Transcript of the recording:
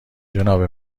جناب